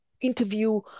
interview